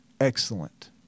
excellent